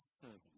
servant